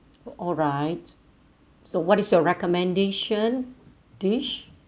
alright so what is your recommendation dish